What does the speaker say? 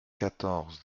quatorze